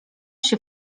się